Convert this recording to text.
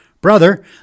brother